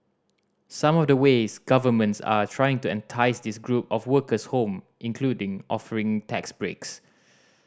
some of the ways governments are trying to entice this group of workers home including offering tax breaks